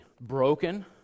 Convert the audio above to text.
Broken